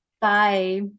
bye